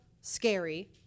scary